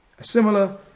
similar